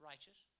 Righteous